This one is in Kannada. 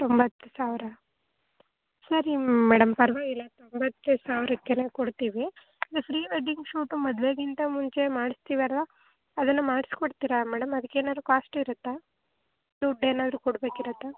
ತೊಂಬತ್ತು ಸಾವಿರ ಸರಿ ಮೇಡಮ್ ಪರ್ವಾಗಿಲ್ಲ ತೊಂಬತ್ತು ಸಾವಿರಕ್ಕೆಲ್ಲ ಕೊಡ್ತೀವಿ ಆದರೆ ಫ್ರೀ ವೆಡ್ಡಿಂಗ್ ಶೂಟ್ ಮದುವೆಗಿಂತ ಮುಂಚೆ ಮಾಡಿಸ್ತೀವಲ್ಲ ಅದನ್ನು ಮಾಡಿಸ್ಕೊಡ್ತೀರ ಮೇಡಮ್ ಅದಿಕ್ಕೆ ಏನಾದ್ರು ಕಾಸ್ಟ್ ಇರುತ್ತಾ ದುಡ್ಡು ಏನಾದ್ರೂ ಕೊಡಬೇಕಿರುತ್ತಾ